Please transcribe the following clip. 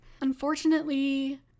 unfortunately